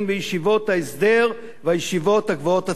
בישיבות ההסדר ובישיבות הגבוהות הציוניות.